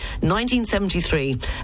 1973